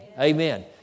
Amen